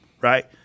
Right